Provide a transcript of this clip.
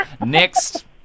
Next